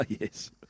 yes